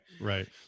Right